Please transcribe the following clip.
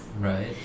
Right